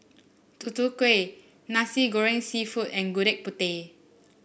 Tutu Kueh Nasi Goreng seafood and Gudeg Putih